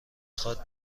خواد